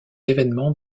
événements